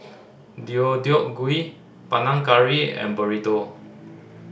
Deodeok Gui Panang Curry and Burrito